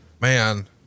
man